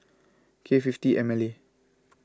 K fifty M L A